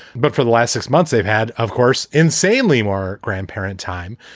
but for the last six months, they've had, of course, insanely more grandparent time.